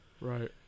Right